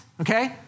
okay